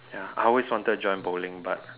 ya I always wanted to join bowling but